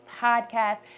podcast